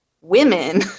women